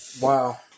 wow